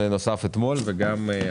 אתמול.